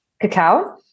cacao